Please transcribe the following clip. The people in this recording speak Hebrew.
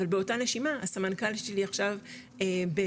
אבל באותה נשימה הסמנכ"לית שלי עכשיו בדובאי,